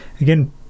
Again